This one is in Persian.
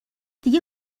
دیگه